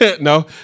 No